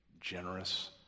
generous